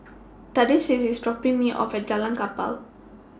Thaddeus IS dropping Me off At Jalan Kapal